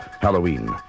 Halloween